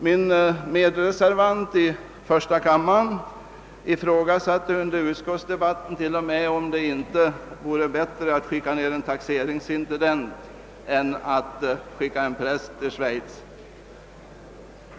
Min medreservant i första kammaren ifrågasatte under utskottsbehandlingen t.o.m. om det inte vore bättre att skicka en taxeringsintendent till Schweiz än att sända dit en präst.